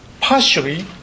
partially